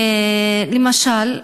למשל,